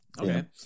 Okay